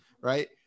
Right